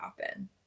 happen